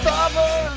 Father